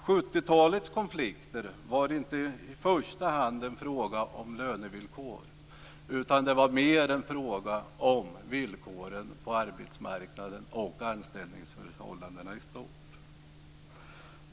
70-talets konflikter var inte i första hand en fråga om lönevillkor utan mer en fråga om villkoren på arbetsmarknaden och anställningsförhållandena i stort.